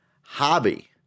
hobby